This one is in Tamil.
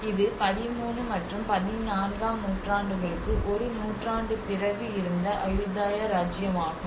இது 13 மற்றும் 14 ஆம் நூற்றாண்டுகளுக்கு ஒரு நூற்றாண்டு பிறகு இருந்த அயுதாய இராச்சியம் ஆகும்